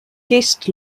guest